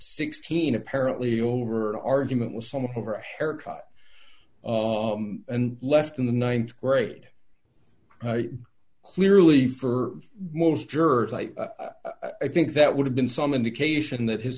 sixteen apparently over an argument with some over a haircut and left in the th grade clearly for most jurors i i think that would have been some indication that his